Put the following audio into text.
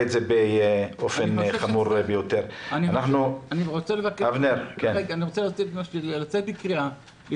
אני רוצה לצאת בקריאה,